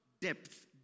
depth